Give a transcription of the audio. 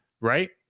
right